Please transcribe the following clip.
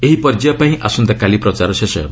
ଏହି ପର୍ଯ୍ୟାୟ ପାଇଁ ଆସନ୍ତାକାଲି ପ୍ରଚାର ଶେଷ ହେବ